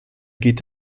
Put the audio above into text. geht